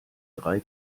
drei